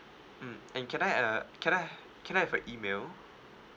mm and can I uh can I can I've your email